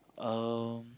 um